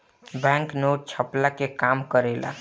bank note छ्पला के काम करेला